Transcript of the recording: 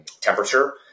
temperature